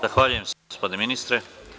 Zahvaljujem se, gospodine ministre.